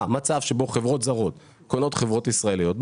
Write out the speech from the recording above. מצב שבו חברות זרות קונות חברות ישראליות,